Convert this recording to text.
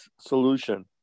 solution